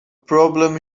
problem